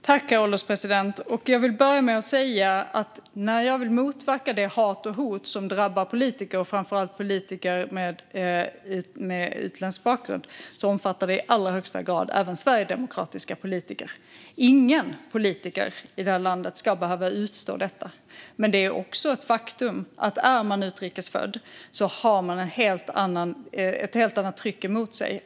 Herr ålderspresident! När jag vill motverka det hat och de hot som drabbar politiker, framför allt politiker med utländsk bakgrund, omfattar det i allra högsta grad även sverigedemokratiska politiker. Ingen politiker i det här landet ska behöva utstå detta. Men det är också ett faktum att man har ett helt annat tryck emot sig om man är utrikes född.